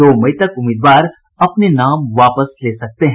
दो मई तक उम्मीदवार अपने नाम वापस ले सकते हैं